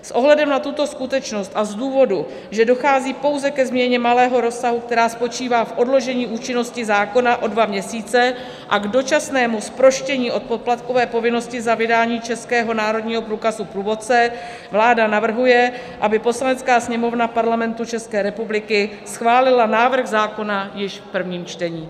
S ohledem na tuto skutečnost a z důvodu, že dochází pouze ke změně malého rozsahu, která spočívá v odložení účinnosti zákona o dva měsíce a k dočasnému zproštění od poplatkové povinnosti za vydání českého národního průkazu průvodce, vláda navrhuje, aby Poslanecká sněmovna Parlamentu České republiky schválila návrh zákona již v prvním čtení.